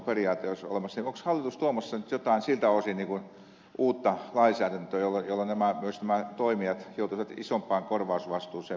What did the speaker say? onko hallitus tuomassa nyt jotain siltä osin uutta lainsäädäntöä jolloin myös nämä toimijat joutuisivat isompaan korvausvastuuseen kuin tänä päivänä on olemassa